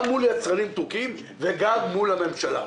גם מול יצרנים טורקיים וגם מול הממשלה.